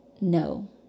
no